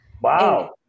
Wow